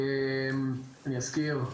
אני אזכיר,